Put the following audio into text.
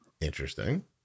Interesting